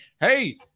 hey